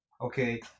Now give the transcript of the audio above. Okay